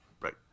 right